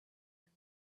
and